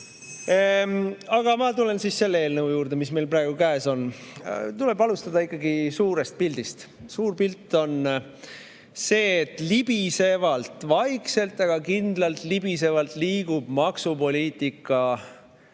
Aga ma tulen selle eelnõu juurde, mis meil praegu käes on. Tuleb ikkagi alustada suurest pildist. Suur pilt on see, et libisevalt, vaikselt, aga kindlalt liigub maksupoliitika